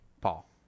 Paul